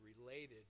related